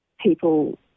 People